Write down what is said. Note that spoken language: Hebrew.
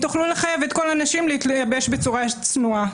תוכלו לחייב את כל הנשים להתלבש בצורה צנועה.